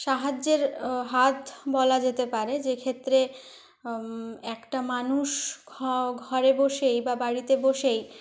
সাহায্যের হাত বলা যেতে পারে যে ক্ষেত্রে একটা মানুষ ঘরে বসেই বা বাড়িতে বসেই